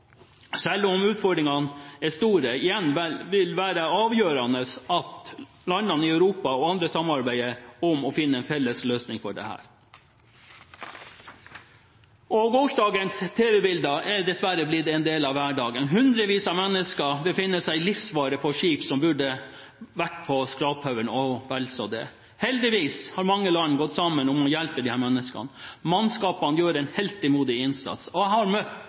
Selv om utfordringene er store, vil det igjen være avgjørende at landene i Europa og andre samarbeider om å finne en felles løsning på dette. Gårsdagens TV-bilder er dessverre blitt en del av hverdagen – hundrevis av mennesker befinner seg i livsfare på skip som burde vært på skraphaugen og vel så det. Heldigvis har mange land gått sammen om å hjelpe disse menneskene, mannskapet gjør en heltemodig innsats. Jeg har møtt